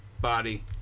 body